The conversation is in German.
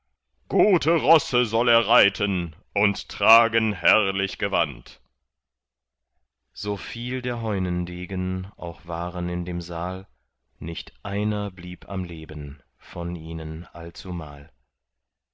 gute rosse soll er reiten und tragen herrlich gewand so viel der heunendegen auch waren in dem saal nicht einer blieb am leben von ihnen allzumal